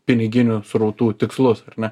piniginių srautų tikslus ar ne